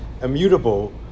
immutable